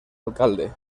alcalde